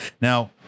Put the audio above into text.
Now